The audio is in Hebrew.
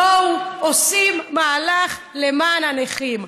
בואו, עושים מהלך למען הנכים?